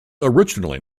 originally